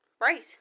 Right